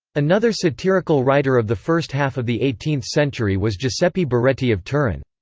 another satirical writer of the first half of the eighteenth century was giuseppe baretti of turin.